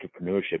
entrepreneurship